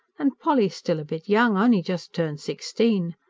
an' polly's still a bit young only just turned sixteen.